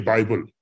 Bible